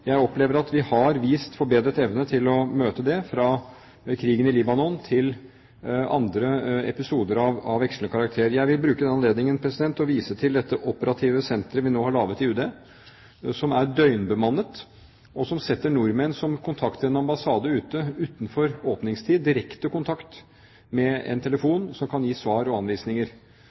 Jeg opplever at vi har vist forbedret evne til å møte det – fra krigen i Libanon til andre episoder av vekslende karakter. Jeg vil bruke denne anledningen til å vise til det operative senteret vi nå har laget i UD, som er døgnbemannet, og som setter nordmenn som kontakter en ambassade ute utenfor åpningstid, i direkte kontakt med en telefon som kan gi svar og anvisninger.